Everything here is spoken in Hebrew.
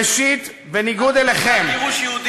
ראשית, בניגוד אליכם, גירוש יהודים.